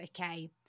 okay